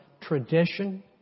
tradition